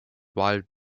wild